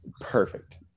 perfect